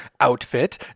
outfit